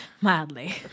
Mildly